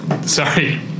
Sorry